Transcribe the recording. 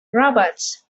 robots